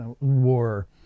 war